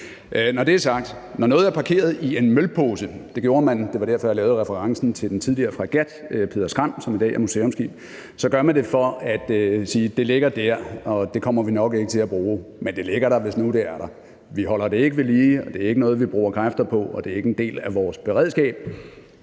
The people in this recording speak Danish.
i løbet af et par uger. Til det med mølposen: Når jeg lavede referencen til den tidligere fregat, »Peder Skram«, som i dag er museumsskib, var det for at sige, at det ligger der, og det kommer vi nok ikke til at bruge, men det ligger der, hvis nu det skulle være. Vi holder det ikke ved lige, det er ikke noget, vi bruger kræfter på, og det er ikke en del af vores beredskab,